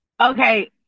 Okay